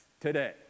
today